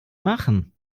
machen